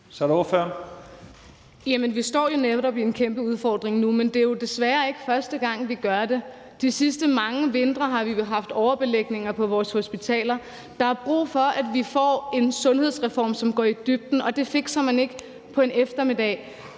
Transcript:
Vi står netop med en kæmpe udfordring nu, men det er jo desværre ikke første gang, vi gør det. De sidste mange vintre har vi haft overbelægning på vores hospitaler. Der er brug for, at vi får en sundhedsreform, som går i dybden, og det fikser man ikke på en eftermiddag.